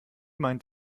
meint